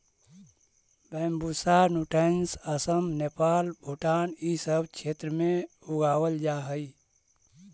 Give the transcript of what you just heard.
Bambusa नूटैंस असम, नेपाल, भूटान इ सब क्षेत्र में उगावल जा हई